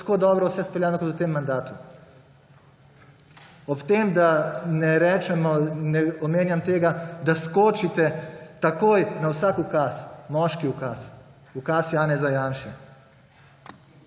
vse izpeljano kot v tem mandatu. Ob tem, da ne rečemo, da ne omenjam tega, da skočite takoj na vsak ukaz, moški ukaz, ukaz Janeza Janše.